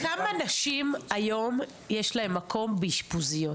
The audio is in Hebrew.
כמה נשים היום יש להם מקום באשפוזיות?